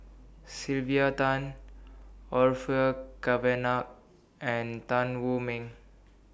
Sylvia Tan Orfeur Cavenagh and Tan Wu Meng